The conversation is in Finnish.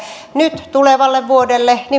nyt tulevalle vuodelle